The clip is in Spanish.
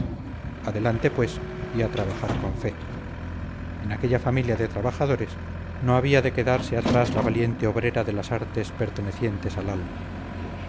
adelante pues y a trabajar con fe en aquella familia de trabajadores no había de quedarse atrás la valiente obrera de las artes pertenecientes al alma